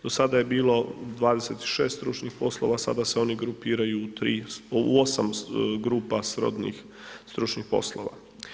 Do sada je bilo 26 stručnih poslova, sada se oni grupiraju u 3, u 8 grupa srodnih stručnih poslova.